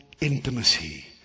intimacy